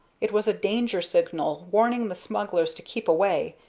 it was a danger-signal warning the smugglers to keep away,